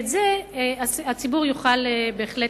ועם זה הציבור יוכל להתמודד,